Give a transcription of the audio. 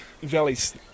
valleys